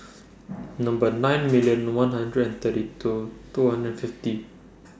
Number nine million one hundred and thirty two two hundred and fifty